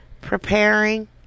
Preparing